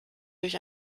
durch